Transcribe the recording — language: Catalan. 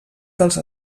dels